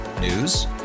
News